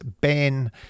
ben